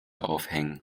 aufhängen